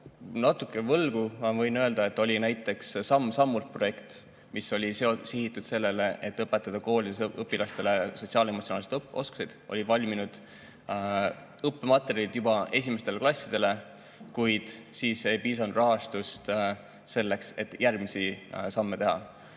natuke võlgu. Ma võin öelda, et oli näiteks projekt "Samm‑sammult", mis oli sihitud sellele, et õpetada koolis õpilastele sotsiaal-emotsionaalseid oskusi, olid juba valminud õppematerjalid esimestele klassidele, kuid siis ei piisanud rahastust selleks, et järgmisi samme teha.